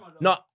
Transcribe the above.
No